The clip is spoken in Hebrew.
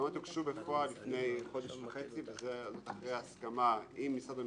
התקנות הוגשו בפועל לפני חודש וחצי וזה אחרי הסכמה עם משרד המשפטים,